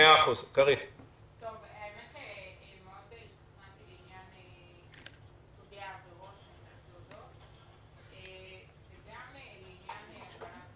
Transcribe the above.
האמת שמאוד השתכנעתי לעניין סוגי העבירות וגם לעניין הגבלת הזמן.